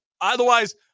otherwise